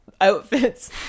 Outfits